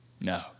No